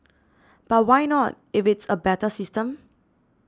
but why not if it's a better system